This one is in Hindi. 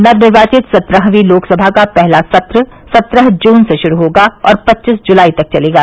नवनिवांचित सत्रहवीं लोकसभा का पहला सत्र सत्रह जून से शुरू होगा और पच्चीस जुलाई तक चलेगा